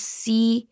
see